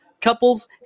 couples